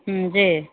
जी